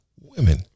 women